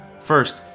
First